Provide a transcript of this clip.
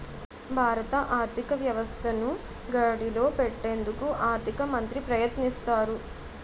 భారత ఆర్థిక వ్యవస్థను గాడిలో పెట్టేందుకు ఆర్థిక మంత్రి ప్రయత్నిస్తారు